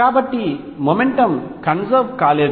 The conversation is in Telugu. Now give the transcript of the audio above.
కాబట్టి మొమెంటమ్ కన్సర్వ్ కాలేదు